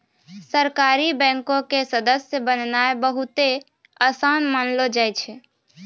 सहकारी बैंको के सदस्य बननाय बहुते असान मानलो जाय छै